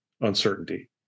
uncertainty